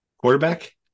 Quarterback